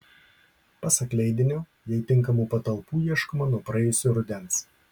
pasak leidinio jai tinkamų patalpų ieškoma nuo praėjusio rudens